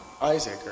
Isaac